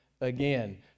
again